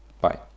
Bye